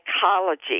psychology